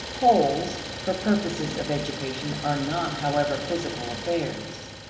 wholes for purposes of education are not, however, physical affairs.